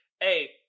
Hey